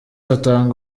atanga